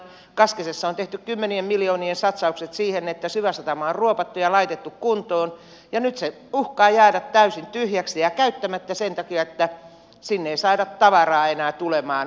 kaskisissa on tehty kymmenien miljoonien satsaukset siihen että syväsatama on ruopattu ja laitettu kuntoon ja nyt se uhkaa jäädä täysin tyhjäksi ja käyttämättä sen takia että sinne ei saada tavaraa enää tulemaan rautateitse